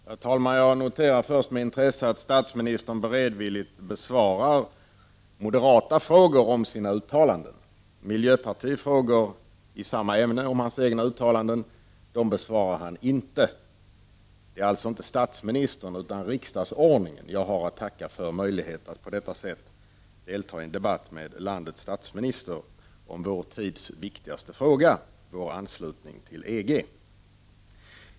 Herr talman! Jag noterar först med intresse att statsministern beredvilligt besvarar moderata frågor om sina uttalanden. Miljöpartiets frågor i samma ämne om statsministerns uttalanden besvarar han inte. Det är alltså inte statsministern utan riksdagsordningen jag har att tacka för att jag på detta sätt kan få delta i en debatt med landets statsminister om vår tids viktigaste fråga, nämligen vår anslutning till EG.